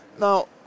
Now